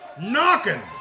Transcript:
knocking